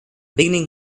beginning